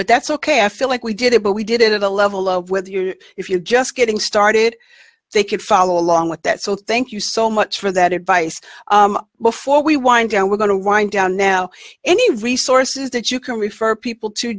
but that's ok i feel like we did it but we did it at a level of with you if you're just getting started they could follow along with that so thank you so much for that advice before we wind down we're going to wind down now any resources that you can refer people to